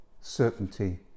certainty